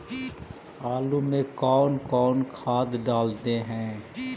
आलू में कौन कौन खाद डालते हैं?